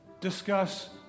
discuss